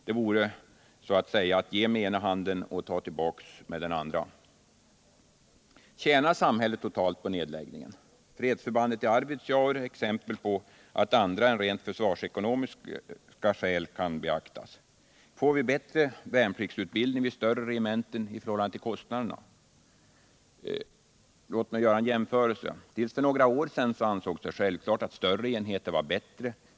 Det vore så att säga att ge med ena handen och ta tillbaka med den andra. är exempel på att andra än rent försvarsekonomiska skäl kan beaktas. Får vi en bättre värnpliktsutbildning vid större regementen i förhållande till kostnaderna? Låt mig göra en jämförelse. Till för några år sedan ansågs det självklart att större enheter var bättre.